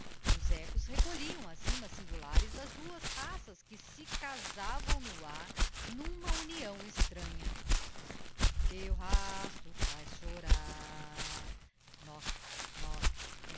os echos recolhiam as rimas singulares das duas raças que se casavam no ar n'uma união extranha teu rasto faz chorar noch noch